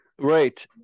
Right